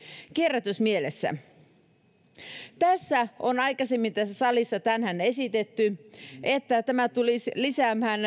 kierrätysmielessä laittaa tässä salissa on aikaisemmin tänään esitetty että tämä tulisi lisäämään